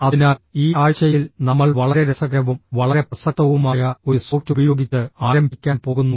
അതിനാൽ ഈ ആഴ്ചയിൽ നമ്മൾ വളരെ രസകരവും വളരെ പ്രസക്തവുമായ ഒരു സോഫ്റ്റ് ഉപയോഗിച്ച് ആരംഭിക്കാൻ പോകുന്നു